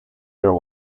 your